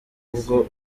bwo